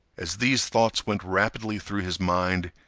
as these thoughts went rapidly through his mind,